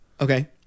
Okay